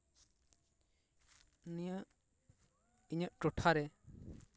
ᱱᱤᱭᱟᱹ ᱤᱧᱟᱹᱜ ᱴᱚᱴᱷᱟ ᱨᱮ